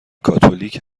کاتولیک